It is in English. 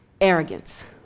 Arrogance